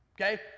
Okay